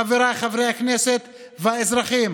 חבריי חברי הכנסת והאזרחים.